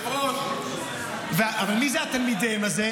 אבל מי זה "תלמידיהם" הזה?